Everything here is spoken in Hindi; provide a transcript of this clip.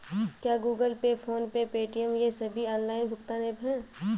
क्या Google pay PhonePe Paytm ये सभी ऑनलाइन भुगतान ऐप हैं?